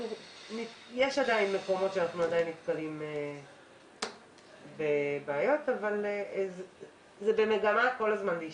יש עדיין מקומות שאנחנו נתקלים בבעיות אבל זה כל הזמן במגמת השתפרות.